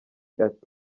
ati